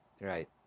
Right